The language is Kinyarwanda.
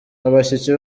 abashyitsi